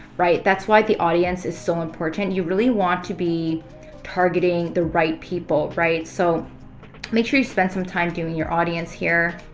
right? that's why the audience is so important. you really want to be targeting the right people, right? so make sure you spend some time doing your audience here.